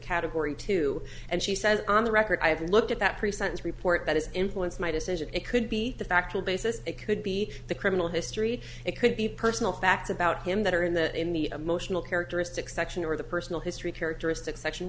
category two and she says on the record i have looked at that pre sentence report that is influenced my decision it could be the factor basis it could be the criminal history it could be personal facts about him that are in the in the emotional characteristics section or the personal history characteristics section